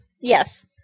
Yes